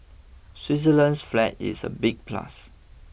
Switzerland's flag is a big plus